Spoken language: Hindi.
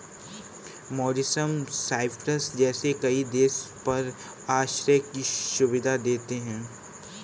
मॉरीशस, साइप्रस जैसे कई देश कर आश्रय की सुविधा देते हैं